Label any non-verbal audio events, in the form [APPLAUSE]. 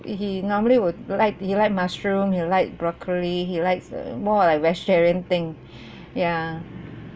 he normally would like he like mushroom he like broccoli he likes uh more of like vegetarian thing [BREATH] ya